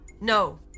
No